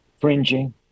fringing